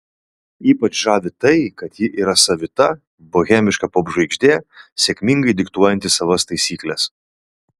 ypač žavi tai kad ji yra savita bohemiška popžvaigždė sėkmingai diktuojanti savas taisykles